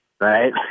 Right